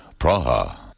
Praha